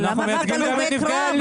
אבל למה רק הלומי קרב?